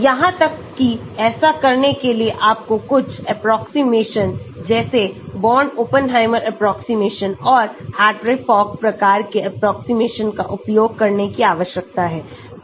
यहां तक कि ऐसा करने के लिए आपको कुछ एप्रोक्सीमेशन जैसे बोर्न ओपेनहाइमर एप्रोक्सीमेशन और हार्ट्री फॉक प्रकार के एप्रोक्सीमेशन का उपयोग करने की आवश्यकता है